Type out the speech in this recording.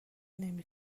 نمی